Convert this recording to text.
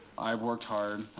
i worked hard.